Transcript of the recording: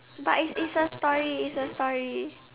but is is a story is a story